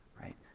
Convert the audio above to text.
right